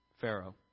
Pharaoh